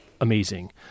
amazing